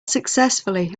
successfully